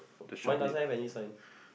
mine doesn't have any sign